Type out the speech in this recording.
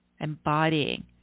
Embodying